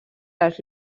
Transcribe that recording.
les